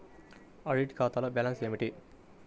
Audit ఖాతాలో balance ఏమిటీ?